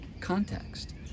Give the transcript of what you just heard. context